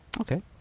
Okay